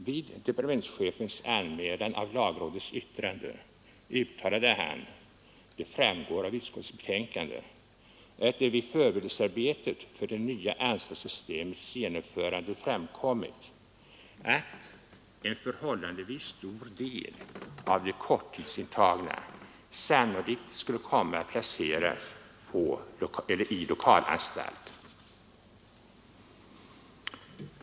Vid departementschefens anmälan av lagrådets yttrande uttalade han — det framgår av utskottsbetänkandet — att det vid förberedelsearbetet för det nya anstaltssystemets genomförande framkommit att en förhållandevis stor del av de korttidsintagna sannolikt skulle komma att placeras i lokalanstalt.